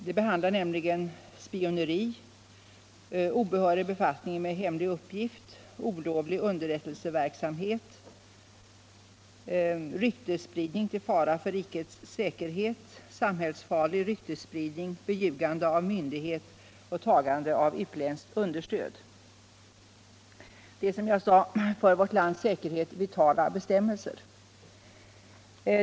Det gäller nämligen spioneri, obehörig befattning med hemlig uppgift, olovlig underrättelseverksamhet, ryktesspridning till fara för rikets säkerhet, samhällsfarlig ryktesspridning, beljugande av myndighet och tagande av utländskt understöd. Det är, som jag sade, fråga om för vårt lands säkerhet vitala bestämmelser.